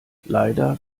leider